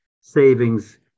savings